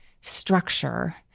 structure